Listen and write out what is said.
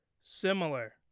similar